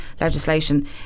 legislation